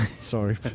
Sorry